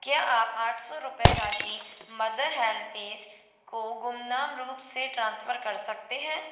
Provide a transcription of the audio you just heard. क्या आप आठ सौ रुपये राशि मदर हेल्पएज को गुमनाम रूप से ट्रांसफ़र कर सकते हैं